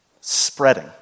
spreading